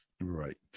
Right